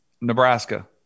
nebraska